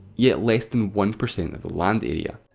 yet less than one percent of the land area.